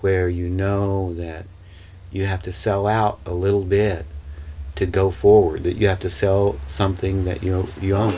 where you know that you have to sell out a little bit to go forward that you have to sell something that you